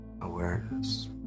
Awareness